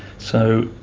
so,